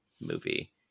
movie